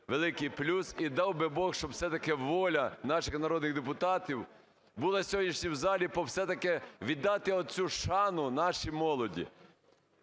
великий плюс. І дав би Бог, щоби все-таки воля наших народних депутатів була сьогодні в залі, щоб все-таки віддати оцю шану нашій молоді.